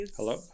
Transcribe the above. Hello